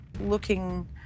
looking